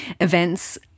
events